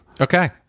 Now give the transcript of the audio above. Okay